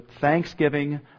thanksgiving